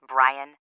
Brian